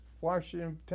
Washington